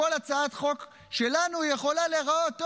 כל הצעת חוק שלנו יכולה להיראות,